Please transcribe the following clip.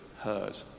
heard